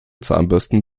zahnbürsten